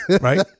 Right